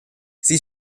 sie